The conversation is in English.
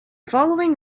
following